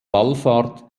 wallfahrt